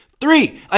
three